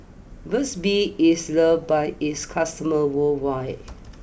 Burt's Bee is loved by its customers worldwide